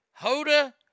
Hoda